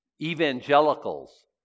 evangelicals